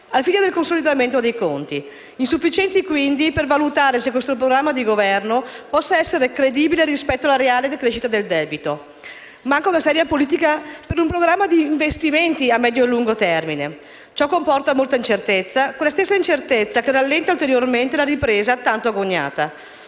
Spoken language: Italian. al fine del consolidamento dei conti; insufficienti quindi per valutare se il programma di Governo possa essere credibile rispetto alla reale decrescita del debito. Manca una seria politica per un programma di investimenti a medio e lungo termine, che comporta molta incertezza, quella stessa incertezza che rallenta ulteriormente la ripresa tanto agognata.